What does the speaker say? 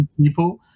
people